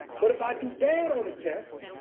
but if i do bad on a test,